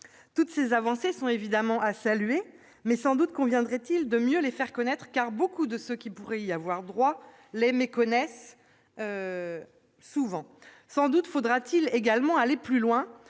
Toutes ces avancées sont à saluer, mais sans doute conviendrait-il de mieux les faire connaître, car beaucoup de ceux qui pourraient y avoir droit méconnaissent la plupart de ces dispositifs. Sans doute faudrait-il également aller plus loin